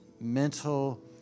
mental